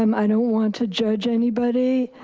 um i don't want to judge anybody,